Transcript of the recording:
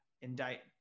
indict